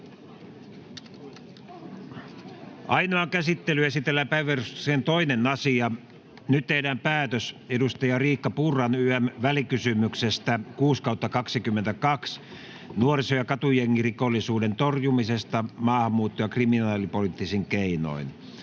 Ainoaan käsittelyyn esitellään päiväjärjestyksen 2. asia. Nyt tehdään päätös edustaja Riikka Purran ym. välikysymyksestä VK 6/2022 vp nuoriso- ja katujengirikollisuuden torjumisesta maahanmuutto- ja kriminaalipoliittisin keinoin.